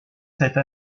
cette